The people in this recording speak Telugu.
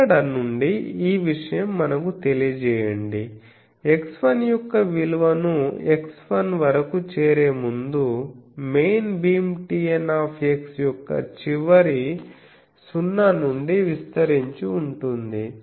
ఇక్కడ నుండి ఈ విషయం మనకు తెలియజేయండి x1 యొక్క విలువను x 1 వరకు చేరేముందు మెయిన్ భీమ్ Tn యొక్క చివరి 0 నుండి విస్తరించి ఉంటుంది